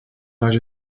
razie